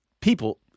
People